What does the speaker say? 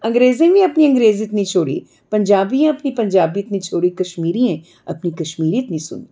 अंग्रेजे बी अपनी अंग्रेजियत नेईं छोड़ी पंजाबी अपनी पंजाबियत नेईं छोड़ी कश्मिरियें अपनी कश्मीरियत नेईं छोड़ी